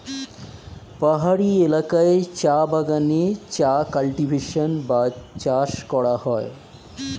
পাহাড়ি এলাকায় চা বাগানে চা কাল্টিভেশন বা চাষ করা হয়